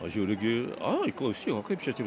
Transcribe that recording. o žiūriu gi ai klausyk o kaip čia taip